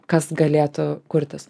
kas galėtų kurtis